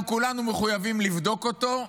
אנחנו כולנו מחויבים לבדוק אותו,